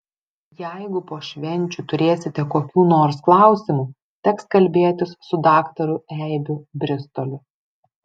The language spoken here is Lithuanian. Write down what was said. jeigu po švenčių turėsite kokių nors klausimų teks kalbėtis su daktaru eibių bristoliu